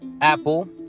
Apple